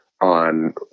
on